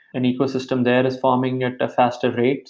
an ecosystem there is forming at a faster rate.